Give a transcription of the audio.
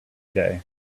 day